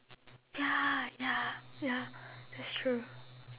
ya ya ya that's true